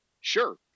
Sure